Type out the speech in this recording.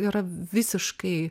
yra visiškai